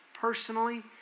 personally